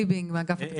רכז